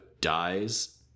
dies